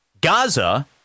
Gaza